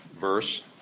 verse